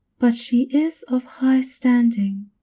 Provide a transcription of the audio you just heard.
but she is of high standing,